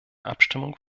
abstimmung